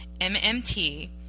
MMT